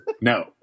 No